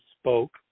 spoke